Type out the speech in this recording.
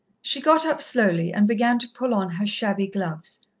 she got up slowly and began to pull on her shabby gloves.